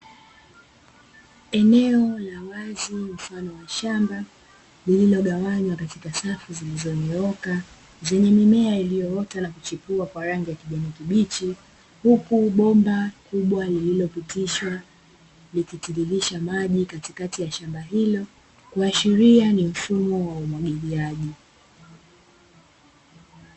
Eneo la wazi mfano wa shamba lililogawanywa katika safu zilizonyooka zenye mimea, iliyoota na kuchipua kwa rangi ya kijani kibichi; huku bomba kubwa lililopitishwa likitiririrsha maji katikati ya shamba hilo, kuashiria ni mfumo wa umwagiliaji.